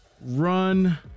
run